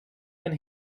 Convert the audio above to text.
when